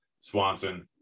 Swanson